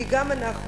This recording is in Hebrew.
כי גם אנחנו,